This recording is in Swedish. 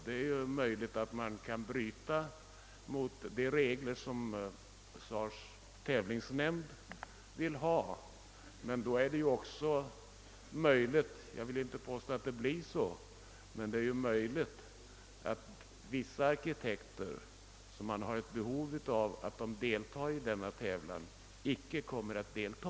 Det är möjligt att man kan bryta mot de regler som SAR:s tävlingsnämnd vill ha, men då är det ju också möjligt — jag vill inte påstå att det blir så — att vissa arkitekter, vilkas deltagande i tävlingen man har behov av, icke kommer att delta.